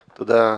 תודה,